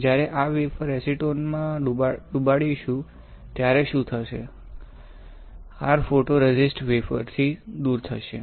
જ્યારે આ વેફર ને એસીટોન માં ડુબાડશુ ત્યારે શું થશે r ફોટોરેઝિસ્ટ વેફર થી દુર થશે